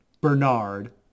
Bernard